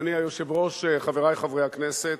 אדוני היושב-ראש, חברי חברי הכנסת,